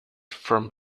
from